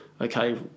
okay